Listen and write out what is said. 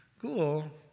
cool